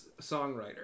songwriter